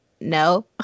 no